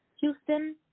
Houston